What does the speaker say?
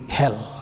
hell